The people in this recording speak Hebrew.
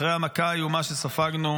אחרי המכה האיומה שספגנו,